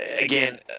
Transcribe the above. Again